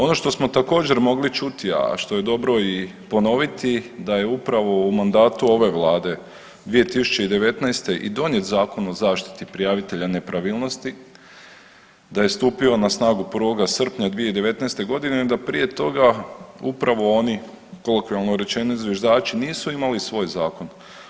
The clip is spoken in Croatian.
Ono što smo također mogli čuti, a što je dobro i ponoviti da je upravo u mandatu ove Vlade 2019. i donijet Zakon o zaštiti prijavitelja nepravilnosti, da je stupio na snagu 1. srpnja 2019.g., a da prije toga upravo oni kolokvijalno rečeno zviždači nisu imali svoj zakon.